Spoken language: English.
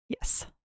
Yes